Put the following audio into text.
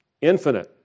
infinite